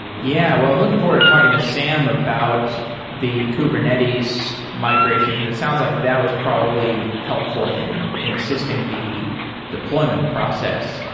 yeah. well, i'm looking forward to talking to sam about the kubernetes migration, because it sounds like that was probably helpful in in assisting the deployment process.